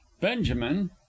benjamin